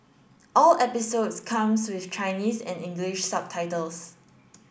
all episodes comes with Chinese and English subtitles